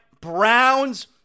Browns